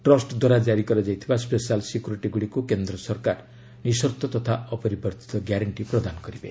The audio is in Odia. ଟ୍ରଷ୍ଟ ଦ୍ୱାରା ଜାରି କରାଯାଇଥିବା ସ୍ବେଶାଲ୍ ସିକ୍ୟୁରିଟିଗୁଡ଼ିକୁ କେନ୍ଦ୍ର ସରକାର ନିସର୍ତ୍ତ ତଥା ଅପରିବର୍ତ୍ତିତ ଗ୍ୟାରେଣ୍ଟି ପ୍ରଦାନ କରିବେ